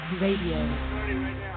Radio